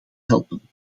helpen